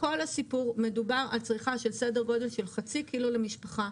בסדר גודל של חצי קילו למשפחה.